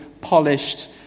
polished